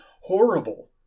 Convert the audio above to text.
horrible